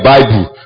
Bible